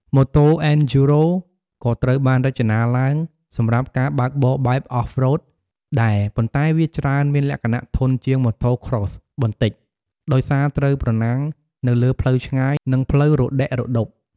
ម៉ូតូ អេនឌ្យូរ៉ូ (Enduro) ក៏ត្រូវបានរចនាឡើងសម្រាប់ការបើកបរបែប Off-road ដែរ ប៉ុន្តែវាច្រើនមានលក្ខណៈធន់ជាង Motocross បន្តិច ដោយសារត្រូវប្រណាំងនៅលើផ្លូវឆ្ងាយ និងផ្លូវរដិករដុប។